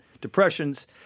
depressions